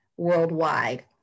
worldwide